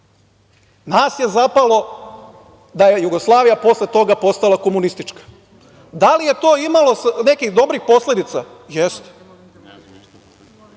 Nas je zapalo da je Jugoslavija posle toga postala komunistička. Da li je to imalo nekih dobrih posledica? Jeste.